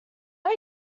are